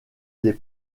des